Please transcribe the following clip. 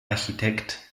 architekt